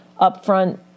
upfront